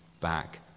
back